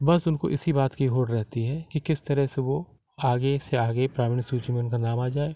बस उनको इसी बात की होड़ रहती है कि किस तरह से वो आगे से आगे प्राइमरी सूची में उनका नाम आ जाए